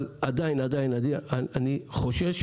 אבל עדיין אני חושש.